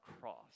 cross